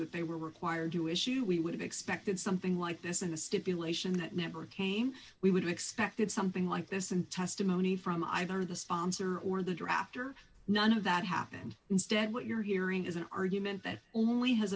that they were required to issue we would have expected something like this in the stipulation that never came we would have expected something like this in testimony from either the sponsor or the draft or none of that happened instead what you're hearing is an argument that only has